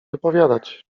wypowiadać